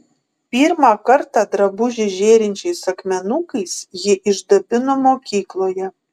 pirmą kartą drabužį žėrinčiais akmenukais ji išdabino mokykloje